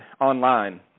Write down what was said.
online